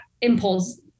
impulse